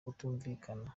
kutumvikana